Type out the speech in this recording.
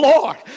Lord